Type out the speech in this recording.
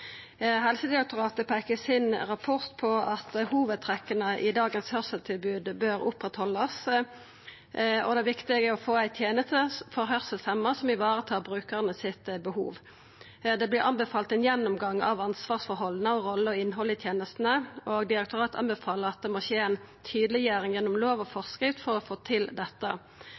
Helsedirektoratet peiker i rapporten på at hovudtrekka i dagens høyrselstilbod bør oppretthaldast, og at det er viktig å få ei teneste for høyrselshemja – ei teneste som tar vare på behovet til brukarane. Det vert anbefalt ein gjennomgang av ansvarsforholda og innhaldet i tenestene, og direktoratet anbefaler at det skjer ei tydeleggjering gjennom lov og forskrift for å få til dette.